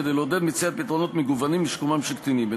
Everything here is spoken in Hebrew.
כדי לעודד מציאת פתרונות מגוונים לשיקומם של קטינים.